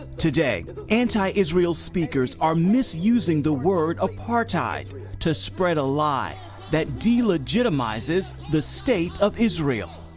today anti-israel speakers are misusing the word apartheid to spread a lie that delegitimizes the state of israel.